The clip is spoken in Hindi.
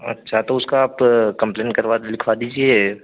अच्छा तो उसका आप कंप्लेन करवा लिखवा दीजिए